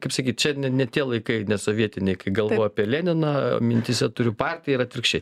kaip sakyt čia ne ne tie laikai ne sovietiniai kai galvoju apie leniną mintyse turiu partiją ir atvirkščiai